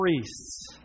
priests